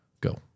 Go